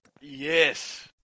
Yes